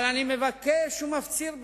אבל אני מבקש ומפציר בך,